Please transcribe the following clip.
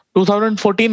2014